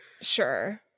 Sure